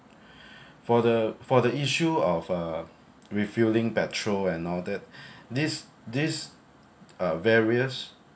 for the for the issue of uh refuelling petrol and all that this this uh various